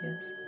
yes